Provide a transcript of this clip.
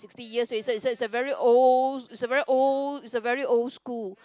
sixty years already so it's so it's a very old it's very old it's a very old school